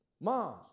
Mom